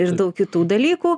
ir daug kitų dalykų